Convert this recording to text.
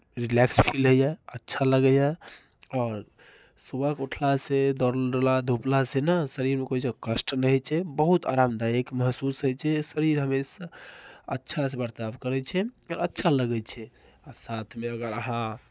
relax feel होइए अच्छा लगैए आओर सुबहकेँ उठलासँ दौड़ला धुपलासँ ने शरीरमे किछु कष्ट नहि होइ छै बहुत आरामदायक महसूस होइ छै शरीर हमेशा अच्छासँ बर्ताव करै छै अच्छा लगै छै साथमे अगर अहाँ